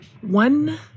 One